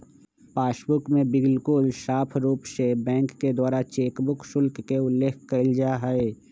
passbook में बिल्कुल साफ़ रूप से बैंक के द्वारा चेकबुक शुल्क के उल्लेख कइल जाहई